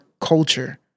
culture